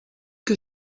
que